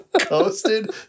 coasted